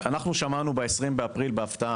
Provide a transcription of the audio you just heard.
שמענו ב-20 באפריל בהפתעה,